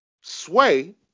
Sway